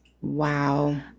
Wow